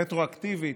רטרואקטיבית,